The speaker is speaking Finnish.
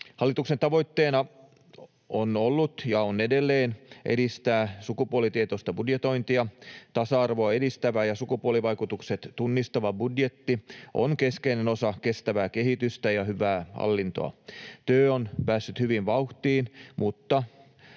Hallituksen tavoitteena on ollut ja on edelleen edistää sukupuolitietoista budjetointia. Tasa-arvoa edistävä ja sukupuolivaikutukset tunnistava budjetti on keskeinen osa kestävää kehitystä ja hyvää hallintoa. Työ on päässyt hyvin vauhtiin, mutta